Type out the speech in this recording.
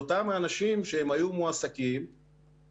לנתונים של הלמ"ס כדי לקבל תמונה אמינה יותר.